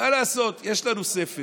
מה לעשות, יש לנו ספר